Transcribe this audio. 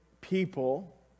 people